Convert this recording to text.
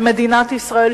ומדינת ישראל,